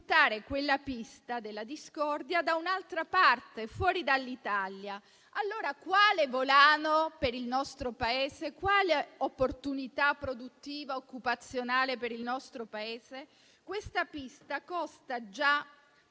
quella pista della discordia da un'altra parte, fuori dall'Italia. Allora, quale volano è per il nostro Paese? Quale opportunità produttiva e occupazionale? Questa pista costa già